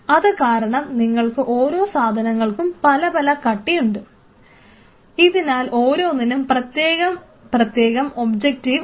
അത് കാരണം നിങ്ങൾക്ക് ഓരോ സാധനങ്ങൾക്കും പല പല കട്ടിയുണ്ട് ഇതിനാൽ ഓരോന്നിനും പ്രത്യേകം പ്രത്യേകം ഒബ്ജക്ടീവ് ഉണ്ട്